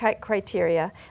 criteria